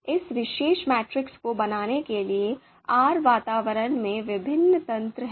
इस विशेष मैट्रिक्स को बनाने के लिए आर वातावरण में विभिन्न तंत्र हैं